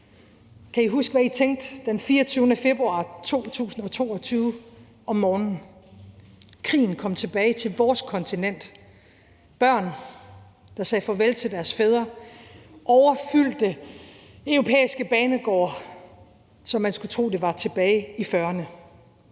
kan I huske, hvad I tænkte den 24. februar 2022 om morgenen? Krigen kom tilbage til vores kontinent. Der var børn, der sagde farvel til deres fædre, og overfyldte europæiske banegårde, som var det i 1940’erne.